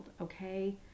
okay